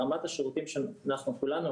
רמת השירותים שאנחנו כולנו,